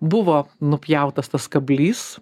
buvo nupjautas tas kablys